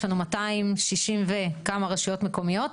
יש לנו 260 וכמה רשויות מקומיות.